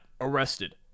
arrested